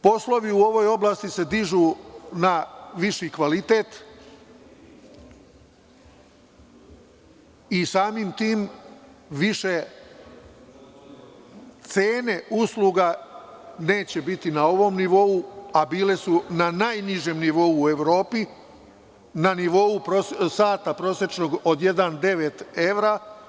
Poslovi u ovoj oblasti se dižu na viši kvalitet i samim tim više cene usluga neće biti na ovom nivou, a bile su na najnižem nivou u Evropi, na nivou sata prosečnog od 1,9 evra.